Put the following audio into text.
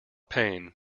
pain